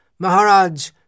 Maharaj